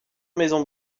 maison